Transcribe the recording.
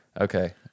Okay